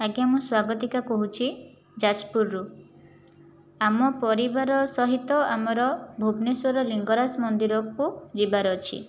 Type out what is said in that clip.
ଆଜ୍ଞା ମୁଁ ସ୍ଵାଗତିକା କହୁଛି ଯାଜପୁରରୁ ଆମ ପରିବାର ସହିତ ଆମର ଭୁବନେଶ୍ଵର ଲିଙ୍ଗରାଜ ମନ୍ଦିରକୁ ଯିବାର ଅଛି